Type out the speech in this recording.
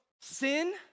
sin